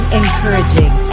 encouraging